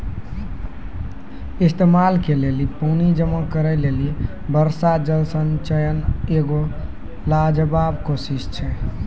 इस्तेमाल के लेली पानी जमा करै लेली वर्षा जल संचयन एगो लाजबाब कोशिश छै